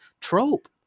trope